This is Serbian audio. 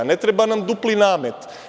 Ne treba nam dupli namet.